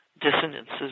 dissonances